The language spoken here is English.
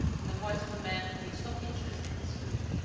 in the voice of a man who takes no interest in his food.